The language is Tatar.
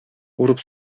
урып